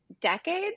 decades